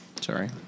Sorry